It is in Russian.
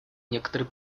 некоторый